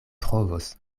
trovos